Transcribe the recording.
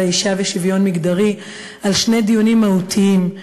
האישה ולשוויון מגדרי על שני דיונים מהותיים.